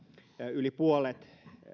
yli puolet